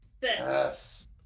Yes